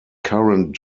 current